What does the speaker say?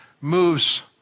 moves